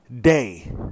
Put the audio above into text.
day